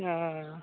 ओ